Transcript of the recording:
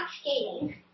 skating